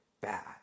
bad